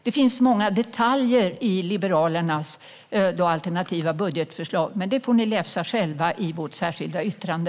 Det finns många detaljer i Liberalernas budgetalternativ, men det får ni läsa om själva i vårt särskilda yttrande.